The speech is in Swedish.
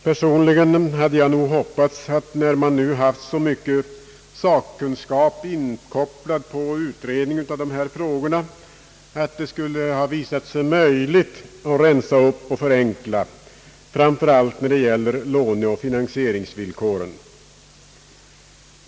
Personligen hade jag hoppats att det, när man nu haft så mycken sakkunskap inkopplad på dessa frågor, skulle visa sig möjligt att ' rensa upp och förenkla, framför allt i fråga om låneoch finansieringsvillkoren.